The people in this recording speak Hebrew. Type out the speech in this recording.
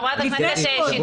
חברת הכנסת שטרית,